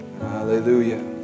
Hallelujah